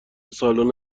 سالن